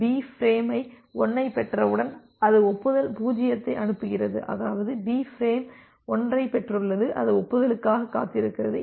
B frame 1 ஐ பெற்றவுடன் அது ஒப்புதல் 0 ஐ அனுப்புகிறது அதாவது B ஃப்ரேம் 1 ஐ பெற்றுள்ளது அது ஒப்புதலுக்காகக் காத்திருக்கிறது